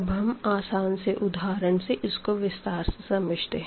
अब हम आसान से उदाहरण से इसको विस्तार से समझते हैं